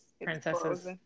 princesses